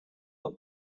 that